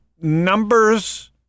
numbers